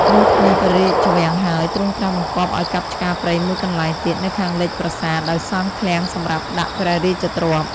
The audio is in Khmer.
លុះធ្វើព្រះរាជវាំងហើយ ទ្រង់ត្រាស់បង្គាប់ឲ្យកាប់ឆ្ការព្រៃមួយកន្លែងទៀត នៅខាងលិចប្រាសាទ ដោយសង់ឃ្លាំងសម្រាប់ដាក់ព្រះរាជទ្រព្យ